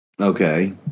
Okay